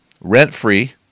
rent-free